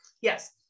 Yes